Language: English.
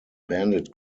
bandit